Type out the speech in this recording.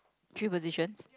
three positions